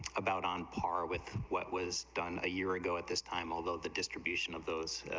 about on par with what was done a year ago at this time although the distribution of those,